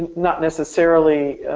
not necessarily